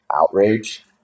Outrage